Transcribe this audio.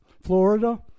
Florida